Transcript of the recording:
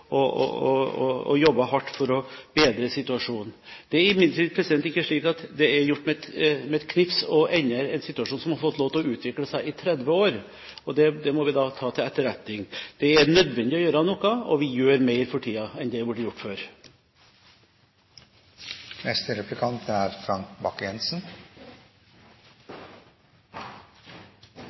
jobber hardt for å bedre situasjonen. Det er imidlertid ikke slik at det er gjort med et knips å endre en situasjon som har fått lov til å utvikle seg i 30 år. Det må vi ta til etterretning. Det er nødvendig å gjøre noe, og vi gjør for tiden mer enn det som har vært gjort